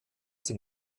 dem